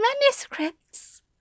manuscripts